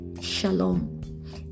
shalom